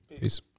Peace